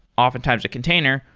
often times a container,